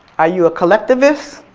are you a collectivist?